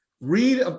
Read